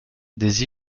des